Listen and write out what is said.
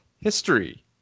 history